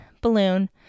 balloon